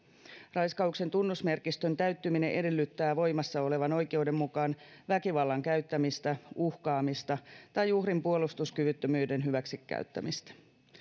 raiskauksen tunnusmerkistön täyttyminen edellyttää voimassa olevan oikeuden mukaan väkivallan käyttämistä uhkaamista tai uhrin puolustuskyvyttömyyden hyväksikäyttämistä